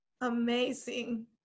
Amazing